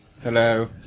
Hello